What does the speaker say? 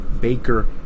Baker